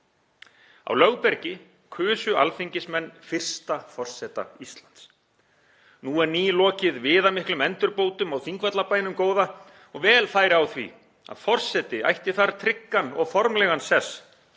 Á Lögbergi kusu alþingismenn fyrsta forseta Íslands. Nú er nýlokið viðamiklum endurbótum á Þingvallabænum góða. Vel færi á því að forseti ætti þar tryggan og formlegan sess